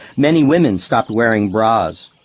many women stopped wearing bras.